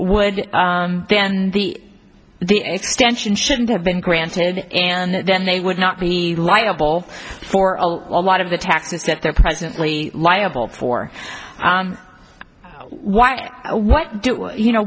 would then be the extension shouldn't have been granted and then they would not be liable for a lot of the taxes that they're presently liable for what what do you know